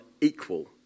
equal